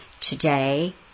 today